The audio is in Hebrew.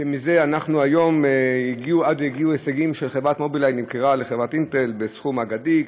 ומזה הגיע ההישג שחברת "מובילאיי" נמכרה לחברת "אינטל" בסכום אגדי,